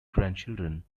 grandchildren